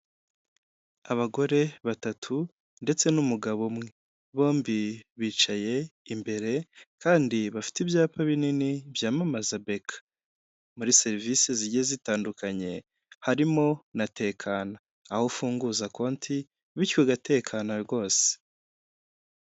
Abagore batatu ndetse n'umugabo umwe bombi bicaye imbere kandi bafite ibyapa binini byamamaza beka, muri serivisi zigiye zitandukanye harimo na tekana aho ufunguza konti bityo ugatekana rwose.